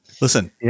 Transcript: Listen